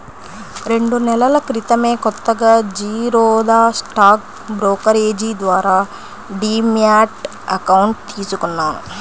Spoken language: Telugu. రెండు నెలల క్రితమే కొత్తగా జిరోదా స్టాక్ బ్రోకరేజీ ద్వారా డీమ్యాట్ అకౌంట్ తీసుకున్నాను